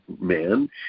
man